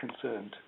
concerned